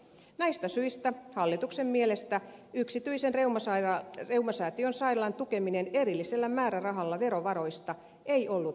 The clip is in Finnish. näistä syistä hallituksen mielestä yksityisen reumasäätiön sairaalan tukeminen erillisellä määrärahalla verovaroista ei ollut tarkoituksenmukaista